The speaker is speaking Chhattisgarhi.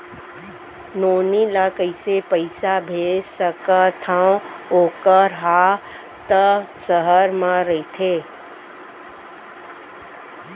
नोनी ल कइसे पइसा भेज सकथव वोकर हा त सहर म रइथे?